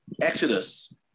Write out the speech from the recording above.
Exodus